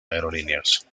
aerolíneas